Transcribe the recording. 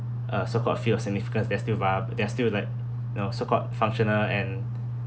uh so-called feel of significance they are still via~ they are still like you know so-called functional and